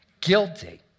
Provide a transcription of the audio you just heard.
Guilty